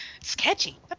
Sketchy